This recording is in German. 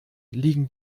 liegen